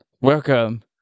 Welcome